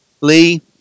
Lee